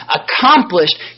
accomplished